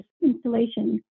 installation